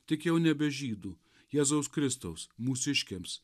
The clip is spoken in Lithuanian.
tik jau nebe žydų jėzaus kristaus mūsiškiams